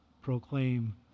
proclaim